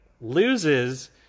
loses